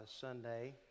Sunday